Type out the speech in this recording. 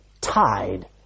tied